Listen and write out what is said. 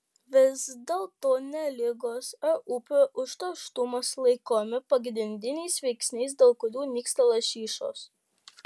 vis dėlto ne ligos ar upių užterštumas laikomi pagrindiniais veiksniais dėl kurių nyksta lašišos